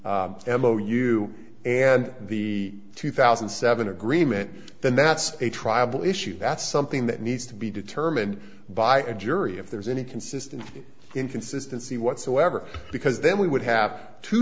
demo you and the two thousand and seven agreement then that's a tribal issue that's something that needs to be determined by a jury if there is any consistency in consistency whatsoever because then we would have t